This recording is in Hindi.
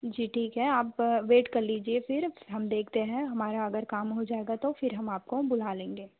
जी ठीक है आप वेट कर लीजिए फिर हम देखते हैं हमारा अगर काम हो जाएगा तो फिर हम आपको बुला लेंगे